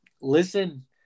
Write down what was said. Listen